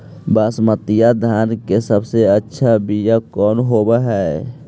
बसमतिया धान के सबसे अच्छा बीया कौन हौब हैं?